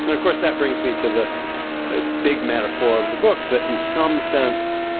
and of course that brings me to the ah big metaphor of the book that in some sense,